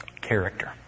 Character